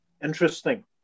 Interesting